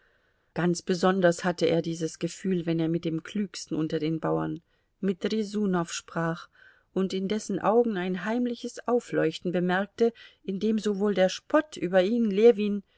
ganz besonders hatte er dieses gefühl wenn er mit dem klügsten unter den bauern mit rjesunow sprach und in dessen augen ein heimliches aufleuchten bemerkte in dem sowohl der spott über ihn ljewin